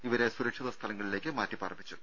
ഇവരെ സുരക്ഷിത സ്ഥലങ്ങളിലേക്ക് മാറ്റിപ്പാർപ്പിച്ചു